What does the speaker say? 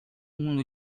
uno